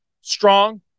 strong